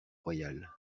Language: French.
royal